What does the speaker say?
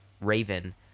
raven